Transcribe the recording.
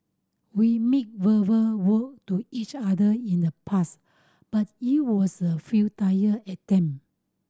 we made verbal vow to each other in the past but it was a futile attempt